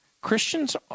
Christians